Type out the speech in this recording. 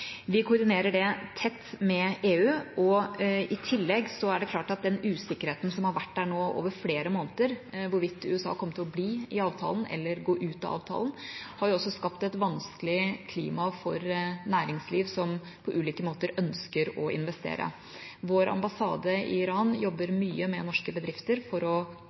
Vi koordinerer det tett med EU. I tillegg er det klart at den usikkerheten om hvorvidt USA kom til å bli i avtalen eller gå ut av avtalen som har vært der over flere måneder, også har skapt et vanskelig klima for næringsliv som på ulike måter ønsker å investere. Vår ambassade i Iran jobber mye med norske bedrifter for å